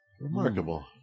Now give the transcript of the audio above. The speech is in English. Remarkable